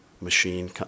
machine